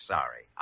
Sorry